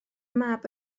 mab